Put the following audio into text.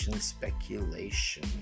speculation